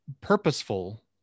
Purposeful